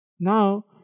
Now